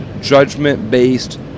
judgment-based